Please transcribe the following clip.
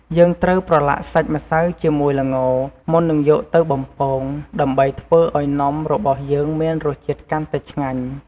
យើងត្រូវប្រឡាក់សាច់ម្សៅជាមួយល្ង មុននឹងយកទៅបំពង ដើម្បីធ្វើឲ្យនំរបស់យើងមានរសជាតិកាន់តែឆ្ងាញ់។